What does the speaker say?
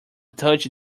touch